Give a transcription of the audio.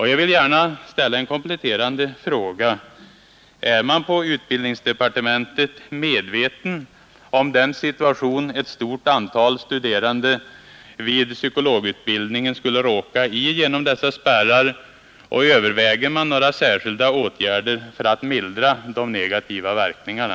Jag vill gärna ställa en kompletterande fråga: Är man inom utbildningsdepartementet medveten om den situation ett stort antal studerande vid psykologutbildningen skulle råka i genom dessa spärrar och överväger man några särskilda åtgärder för att mildra de negativa verkningarna?